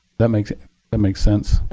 that makes that makes sense?